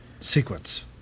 sequence